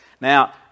Now